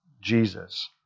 Jesus